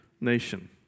nation